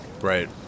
Right